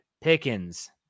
Pickens